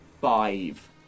five